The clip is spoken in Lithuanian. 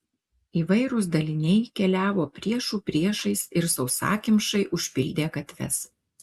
įvairūs daliniai keliavo priešų priešais ir sausakimšai užpildė gatves